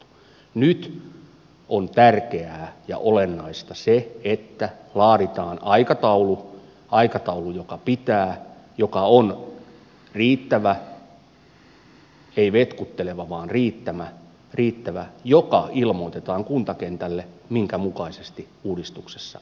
nyt on tärkeää ja olennaista se että laaditaan aikataulu aikataulu joka pitää joka on riittävä ei vetkutteleva vaan riittävä joka ilmoitetaan kuntakentälle minkä mukaisesti uudistuksessa edetään